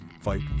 fight